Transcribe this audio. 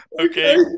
Okay